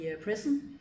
prison